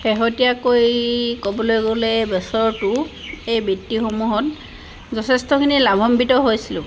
শেহতীয়াকৈ ক'বলৈ গ'লে বছৰটো এই বৃত্তিসমূহত যথেষ্টখিনি লাভাম্বিত হৈছিলোঁ